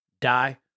die